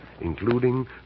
including